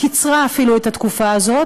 קיצרה אפילו את התקופה הזאת.